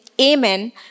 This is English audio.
Amen